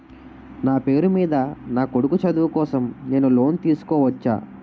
నా పేరు మీద నా కొడుకు చదువు కోసం నేను లోన్ తీసుకోవచ్చా?